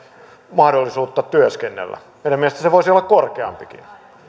mahdollisuutta työskennellä kolmellasadalla eurolla meidän mielestä se voisi olla korkeampikin